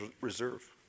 reserve